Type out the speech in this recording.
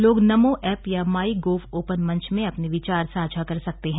लोग नमो ऐप या My Gov open मंच में अपने विचार साझा कर सकते हैं